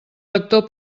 lector